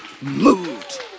moved